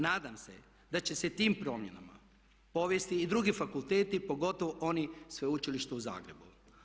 Nadam se da će se tim promjenama povesti i drugi fakulteti pogotovo oni Sveučilišta u Zagrebu.